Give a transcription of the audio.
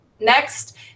next